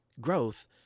Growth